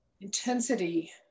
intensity